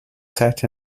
sat